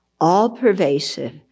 all-pervasive